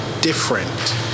different